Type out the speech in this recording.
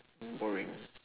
mm boring